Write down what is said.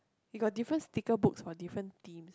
you got different sticker books for different themes